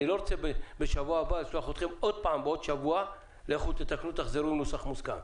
אני לא רוצה בשבוע לשלוח אתכם שוב שתתקנו ותחזרו עם נוסח מוסכם.